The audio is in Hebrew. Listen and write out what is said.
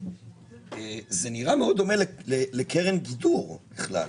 זה נראה מאוד דומה לקרן גידור בכלל.